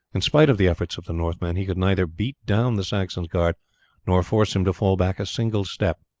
in spite of the efforts of the northman, he could neither beat down the saxon's guard nor force him to fall back a single step.